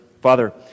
Father